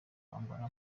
kwambara